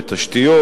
בתשתיות,